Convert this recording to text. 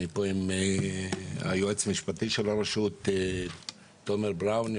עם היועץ המשפטי של הרשות תומר בראון,